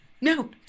no